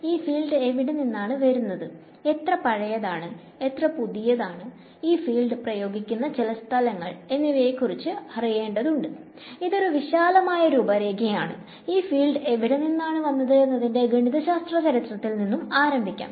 ഈ ഫീൽഡ് എവിടെ നിന്നാണ് വരുന്നത് എത്ര പഴയത് എത്ര പുതിയത് ഈ ഫീൽഡ് പ്രയോഗിക്കുന്ന ചില സ്ഥലങ്ങൾ എന്നിവയെക്കുറിച്ച് അറിയേണ്ടതുണ്ട് ഇതൊരു വിശാലമായ രൂപരേഖയാണ് ഈ ഫീൽഡ് എവിടെ നിന്നാണ് വന്നത് എന്നതിന്റെ ഗണിതശാസ്ത്ര ചരിത്രത്തിൽ നിന്ന് ആരംഭിക്കും